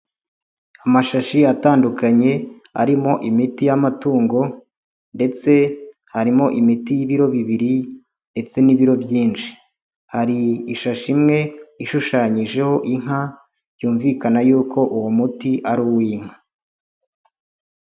Amashashi atandukanye arimo imiti y'amatungo, ndetse harimo imiti y'ibiro bibiri ndetse n'ibiro byinshi. Hari ishashi imwe ishushanyijeho inka, byumvikana y'uko uwo muti ari uw'inka.